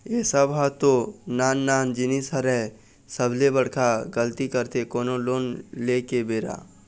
ए सब ह तो नान नान जिनिस हरय सबले बड़का गलती करथे कोनो लोन ले के बेरा